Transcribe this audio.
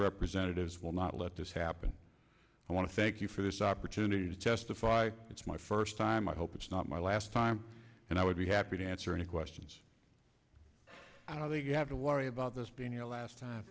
representatives will not let this happen i want to thank you for this opportunity to testify it's my first time i hope it's not my last time and i would be happy to answer any questions i know that you have to worry about this being your last time